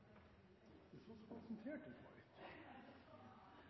det er en jordmor som gir den,